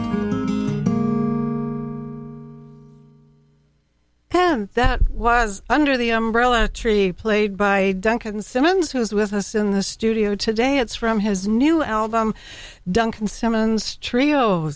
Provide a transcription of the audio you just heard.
pen that was under the umbrella tree played by duncan simmons who is with us in the studio today it's from his new album duncan simmons trio